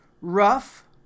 rough